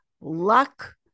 luck